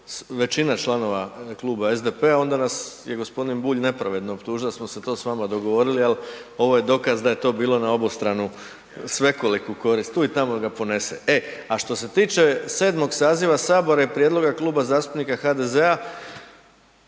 većina članova kluba SDP-a, onda nas je g. Bulj nepravedno optužili da smo se to s vama dogovorili ali ovo je dokaz da je to bilo na obostranu svekoliku korist, tu i tamo ga ponese. E a što se tiče 7. saziva Sabora i prijedloga Kluba zastupnika HDZ-a